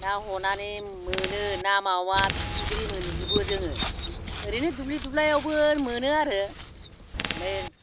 ना हनानै मोनो ना मावा फिथिख्रि मोनोजुबो जोङो ओरैनो दुब्लि दुब्लायावबो मोनो आरो नै